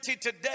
today